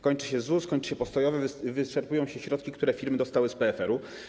Kończy się ZUS, kończy się postojowe, wyczerpują się środki, które firmy dostały z PFR-u.